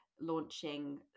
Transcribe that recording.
launching